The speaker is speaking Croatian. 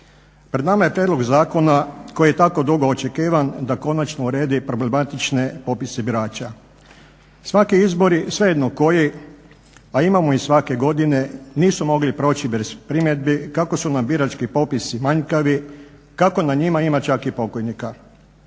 Pred nama je prijedlog zakona koji je tako dugo očekivan da konačno uredi problematične popise birača. Svaki izbori, svejedno koji, a imamo ih svake godine nisu mogli proći bez primjedbi kako su nam birački popisi manjkavi, kako na njima ima čak i pokojnika.